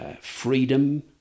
freedom